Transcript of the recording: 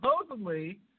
supposedly